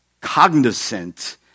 cognizant